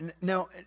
Now